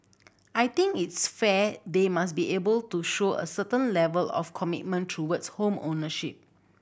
I think it's fair they must be able to show a certain level of commitment towards home ownership